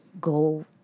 go